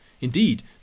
Indeed